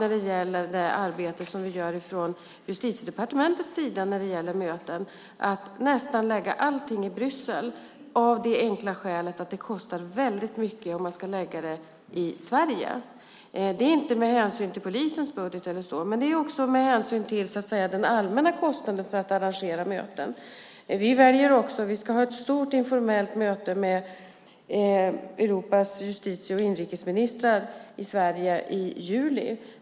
När det gäller det arbete som vi gör med detta på Justitiedepartementet har jag valt att lägga nästan alla möten i Bryssel av det enkla skälet att det kostar väldigt mycket om man ska lägga dem i Sverige. Det har jag inte gjort av hänsyn till polisens budget utan av hänsyn till den allmänna kostnaden för att arrangera möten. Vi ska ha ett stort informellt möte med Europas justitie och inrikesministrar i Sverige i juli.